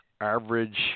average